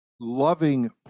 loving